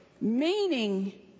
meaning